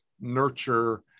nurture